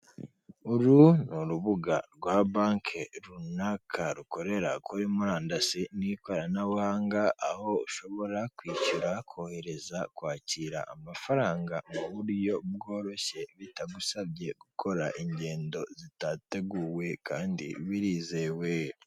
Uru ni urubuga rwa banke runaka rukorera kuri murandasi n'ikoranabuhanga, aho ushobora kwishyura, kohereza, kwakira amafaranga mu buyo bworoshye bitagusabye gukora ingendo zitateguwe kandi birizewe.